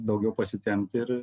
daugiau pasitempt ir